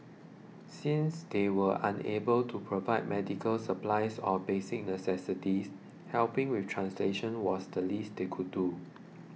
since they were unable to provide medical supplies or basic necessities helping with translations was the least they could do